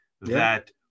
that-